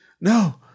No